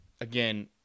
Again